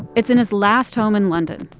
it's in his last home in london.